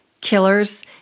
Killers